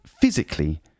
physically